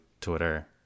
twitter